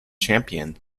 champion